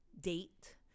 date